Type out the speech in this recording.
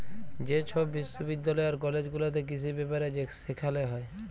যে ছব বিশ্ববিদ্যালয় আর কলেজ গুলাতে কিসি ব্যাপারে সেখালে হ্যয়